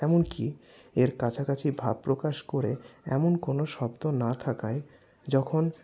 এমনকি এর কাছাকাছি ভাব প্রকাশ করে এমন কোনো শব্দ না থাকায় যখন